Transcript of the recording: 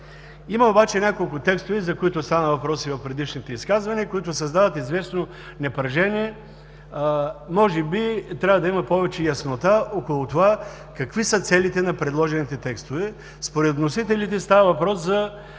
Има обаче няколко текста, за които стана въпрос и в предишните изказвания, които създават известно напрежение. Може би трябва да има повече яснота около това какви са целите на предложените текстове. Според вносителите става въпрос за